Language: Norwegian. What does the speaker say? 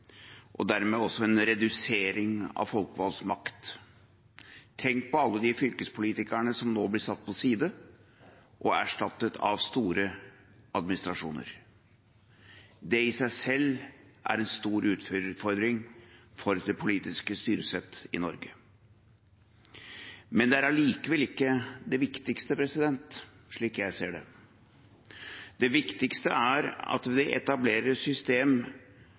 og dermed også en redusering av de folkevalgtes makt. Tenk på alle de fylkespolitikerne som nå blir satt til side og erstattet av store administrasjoner. Det i seg selv er en stor utfordring for det politiske styresett i Norge. Men det er allikevel ikke det viktigste, slik jeg ser det. Det viktigste er at det etableres et system